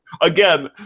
again